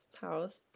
house